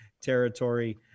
territory